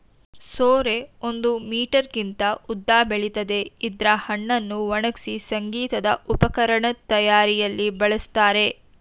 ಸೋರೆ ಒಂದು ಮೀಟರ್ಗಿಂತ ಉದ್ದ ಬೆಳಿತದೆ ಇದ್ರ ಹಣ್ಣನ್ನು ಒಣಗ್ಸಿ ಸಂಗೀತ ಉಪಕರಣದ್ ತಯಾರಿಯಲ್ಲಿ ಬಳಸ್ತಾರೆ